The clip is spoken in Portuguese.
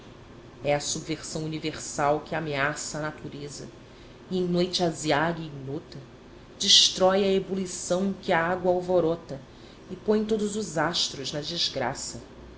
é a subversão universal que ameaça a natureza e em noite aziaga e ignota destrói a ebulição que a água alvorota e põe todos os astros na desgraça